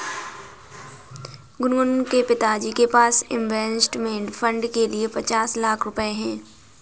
गुनगुन के पिताजी के पास इंवेस्टमेंट फ़ंड के लिए पचास लाख रुपए है